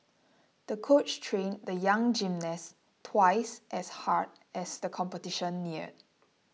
the coach trained the young gymnast twice as hard as the competition neared